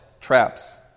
traps